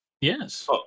Yes